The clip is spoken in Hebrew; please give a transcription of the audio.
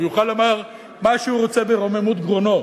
ויוכל לומר מה שהוא רוצה ברוממות גרונו,